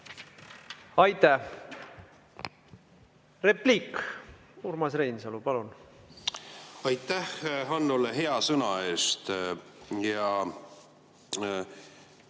Aitäh! Repliik. Urmas Reinsalu, palun! Aitäh Hannole hea sõna eest!